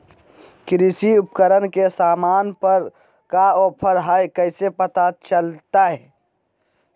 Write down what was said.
कृषि उपकरण के सामान पर का ऑफर हाय कैसे पता चलता हय?